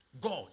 God